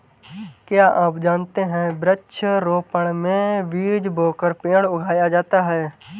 क्या आप जानते है वृक्ष रोपड़ में बीज बोकर पेड़ उगाया जाता है